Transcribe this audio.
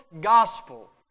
gospel